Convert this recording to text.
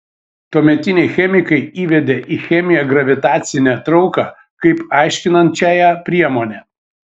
tuometiniai chemikai įvedė į chemiją gravitacinę trauką kaip aiškinančiąją priemonę